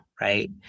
Right